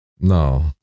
No